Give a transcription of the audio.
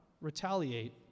retaliate